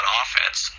offense